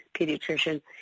pediatrician